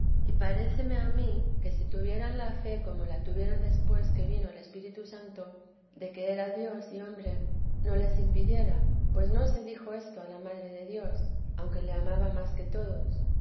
y paréceme a mí que si tuvieran la fe como la tuvieron después que vino el espíritu santo de que era dios y hombre no les impidiera pues no se dijo esto a la madre de dios aunque le amaba más que todos